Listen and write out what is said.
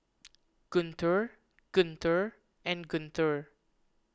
Guntur Guntur and Guntur